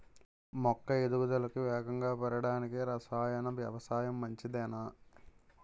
మొక్క ఎదుగుదలకు వేగంగా పెరగడానికి, రసాయన వ్యవసాయం మంచిదేనా?